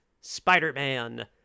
Spider-Man